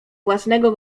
własnego